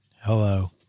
Hello